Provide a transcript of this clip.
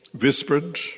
whispered